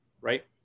right